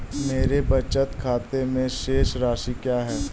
मेरे बचत खाते में शेष राशि क्या है?